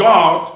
God